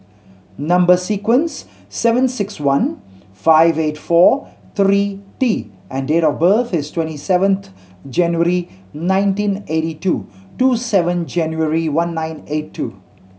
number sequence seven six one five eight four three T and date of birth is twenty seven January nineteen eighty two two seven January one nine eight two